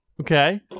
Okay